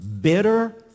bitter